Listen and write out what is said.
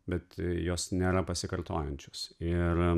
bet jos nėra pasikartojančios ir